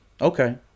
Okay